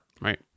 Right